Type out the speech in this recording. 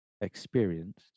experienced